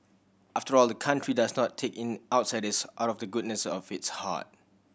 after all the country does not take in outsiders out of the goodness of its heart